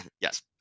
Yes